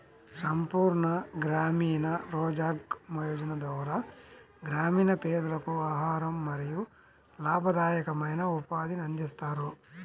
సంపూర్ణ గ్రామీణ రోజ్గార్ యోజన ద్వారా గ్రామీణ పేదలకు ఆహారం మరియు లాభదాయకమైన ఉపాధిని అందిస్తారు